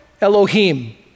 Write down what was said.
Elohim